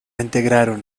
integraron